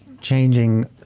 changing